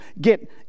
get